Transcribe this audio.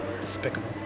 Despicable